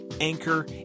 Anchor